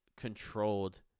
controlled